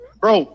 bro